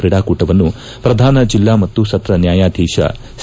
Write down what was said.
ಕ್ರೀಡಾಕೂಟವನ್ನು ಪ್ರಧಾನ ಜಿಲ್ಲಾ ಮತ್ತು ಸತ್ರ ನ್ಯಾಯಾಧೀಶ ಸಿ